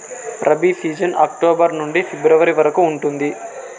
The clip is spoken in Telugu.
రబీ సీజన్ అక్టోబర్ నుండి ఫిబ్రవరి వరకు ఉంటుంది